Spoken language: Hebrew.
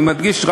אני מדגיש,